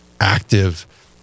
active